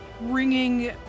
ringing